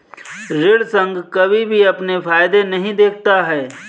ऋण संघ कभी भी अपने फायदे नहीं देखता है